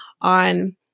on